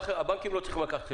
הבנקים לא צריכים לקחת סיכונים.